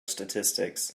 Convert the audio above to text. statistics